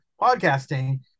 podcasting